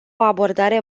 abordare